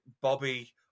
Bobby